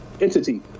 entity